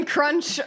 Crunch